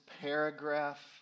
paragraph